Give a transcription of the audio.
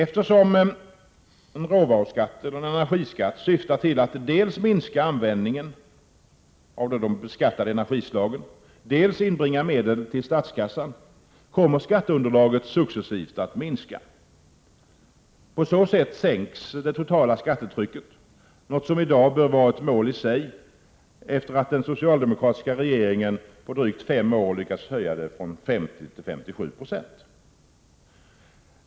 Eftersom råvaruskatten och en energiskatt syftar till att dels minska användningen av de beskattade energislagen, dels inbringa medel till statskassan kommer skatteunderlaget successivt att minska. På så sätt sänks det totala skattetrycket, något som i dag bör vara ett mål i sig efter att den socialdemokratiska regeringen på drygt fem år lyckats höja det från 50 9 till 57 PR.